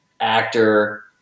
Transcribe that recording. actor